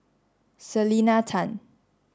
Selena Tan